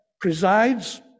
presides